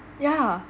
yeah